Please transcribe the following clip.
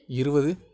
இருபது